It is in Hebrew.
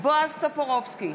בועז טופורובסקי,